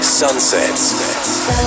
sunsets